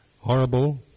horrible